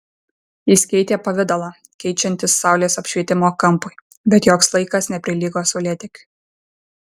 jis keitė pavidalą keičiantis saulės apšvietimo kampui bet joks laikas neprilygo saulėtekiui